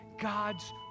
God's